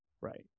right